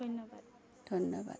ধন্যবাদ ধন্যবাদ